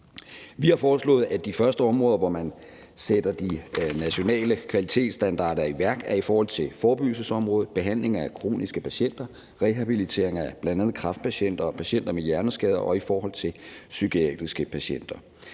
Vi har foreslået, at de første områder, hvor man sætter de nationale kvalitetsstandarder i værk, er i forhold til forebyggelsesområdet, behandlingen af kroniske patienter, rehabilitering af bl.a. kræftpatienter og patienter med hjerneskade og i forhold til psykiatriske patienter.